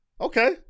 Okay